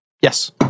Yes